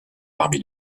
parmi